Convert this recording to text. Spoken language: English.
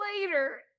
later